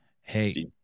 Hey